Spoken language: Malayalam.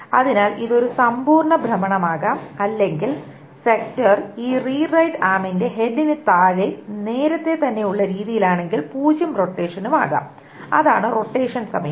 അതിനാൽ ഇത് ഒരു സമ്പൂർണ്ണ ഭ്രമണമാകാം അല്ലെങ്കിൽ സെക്ടർ ഈ റീഡ് റൈറ്റ് ആർമ്മിന്റെ ഹെഡിന് താഴെ നേരത്തെതന്നെ ഉള്ള രീതിയിലാണെങ്കിൽ പൂജ്യം റൊട്ടേഷനും ആകാം അതാണ് റൊട്ടേഷൻ സമയം